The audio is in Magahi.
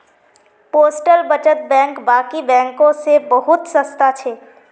पोस्टल बचत बैंक बाकी बैंकों से बहुत सस्ता छे